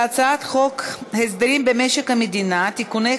על הצעת חוק עבודת נשים (תיקון,